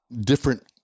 different